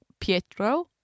Pietro